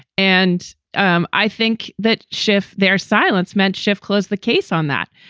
and um i think that schiff, their silence meant shift closed the case on that.